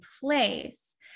place